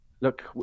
Look